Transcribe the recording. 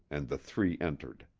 and the three entered.